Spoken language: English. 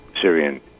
Syrian